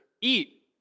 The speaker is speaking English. eat